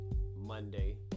monday